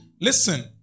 Listen